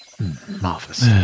marvellous